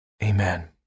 Amen